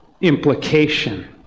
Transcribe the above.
implication